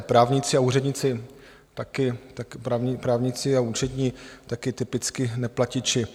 Právníci a úředníci, taky právníci a účetní, taky typicky neplatiči.